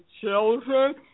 children